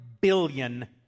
billion